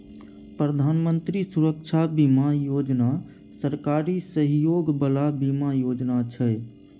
प्रधानमंत्री सुरक्षा बीमा योजना सरकारी सहयोग बला बीमा योजना छै